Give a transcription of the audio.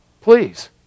please